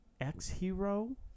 X-Hero